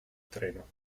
treno